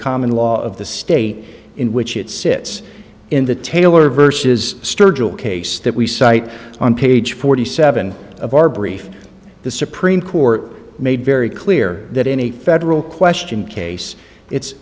common law of the state in which it sits in the taylor verses stir jewel case that we cite on page forty seven of our brief the supreme court made very clear that any federal question case it's